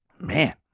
Man